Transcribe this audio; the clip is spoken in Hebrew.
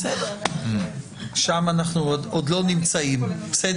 אנחנו עוד לא נמצאים שם.